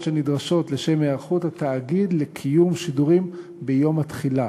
שנדרשות לשם היערכות התאגיד לקיום השידורים ביום התחילה.